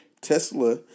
Tesla